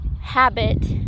habit